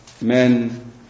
men